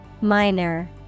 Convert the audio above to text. Minor